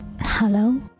Hello